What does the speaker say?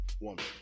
woman